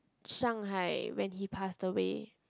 Shanghai when he passed away